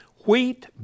Wheat